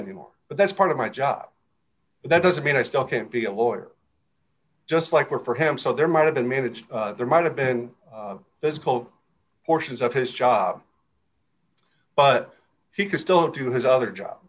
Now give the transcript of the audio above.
anymore but that's part of my job but that doesn't mean i still can't be a lawyer just like work for him so there might have been minutes there might have been physical portions of his job but he could still do his other job